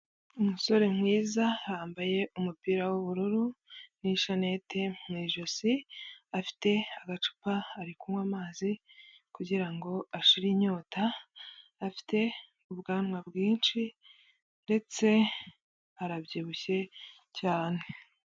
Umusore mwiza yambaye umupira w'ubururu n'ishannete mu ijosi afite agacupa ari kunywa amazi kugirango ashire inyota afite ubwanwa bwinshi ndetse arabyibushye cyane.